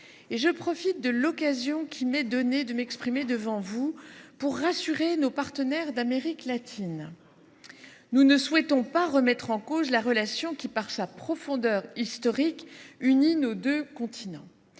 Je profite de l’occasion qui m’est donnée de m’exprimer devant vous pour rassurer nos partenaires d’Amérique latine : nous ne souhaitons pas remettre en cause la relation qui, par sa profondeur historique, unit nos deux continents.